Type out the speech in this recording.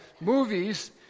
movies